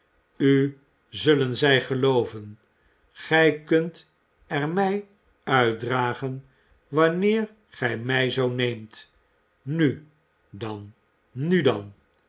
u zullen zij gelooven gij kunt er mij uitdragen wanneer gij mij zoo neemt nu dan nu dan